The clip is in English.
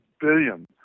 billion